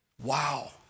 Wow